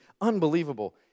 unbelievable